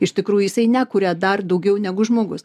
iš tikrųjų jisai nekuria dar daugiau negu žmogus